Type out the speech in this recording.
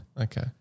Okay